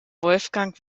wolfgang